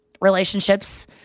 relationships